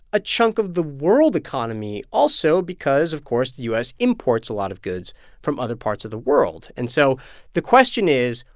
a chunk of the world economy also because, of course, the u s. imports lot of goods from other parts of the world? and so the question is,